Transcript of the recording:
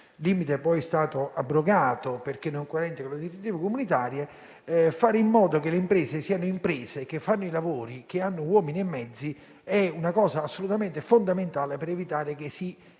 limite poi abrogato perché non coerente con le direttive comunitarie. Fare in modo che le imprese siano imprese che fanno i lavori, che hanno uomini e mezzi, è assolutamente fondamentale per evitare di